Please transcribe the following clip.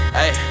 hey